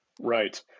Right